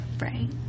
Right